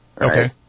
Okay